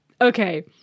Okay